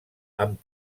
amb